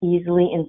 easily